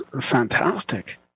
fantastic